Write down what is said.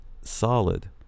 solid